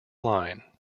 line